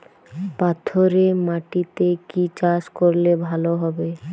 পাথরে মাটিতে কি চাষ করলে ভালো হবে?